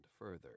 further